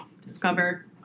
discover